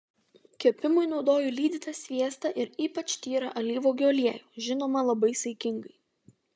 kepimui naudoju lydytą sviestą ir ypač tyrą alyvuogių aliejų žinoma labai saikingai